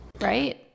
Right